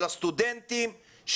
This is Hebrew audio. של הסטודנטים,